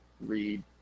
read